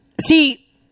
see